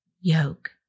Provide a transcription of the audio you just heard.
yoke